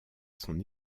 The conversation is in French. son